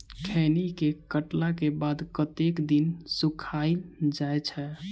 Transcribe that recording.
खैनी केँ काटला केँ बाद कतेक दिन सुखाइल जाय छैय?